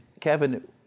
Kevin